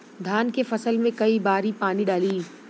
धान के फसल मे कई बारी पानी डाली?